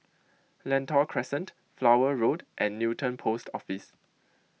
Lentor Crescent Flower Road and Newton Post Office